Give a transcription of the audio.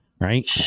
right